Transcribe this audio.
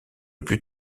plus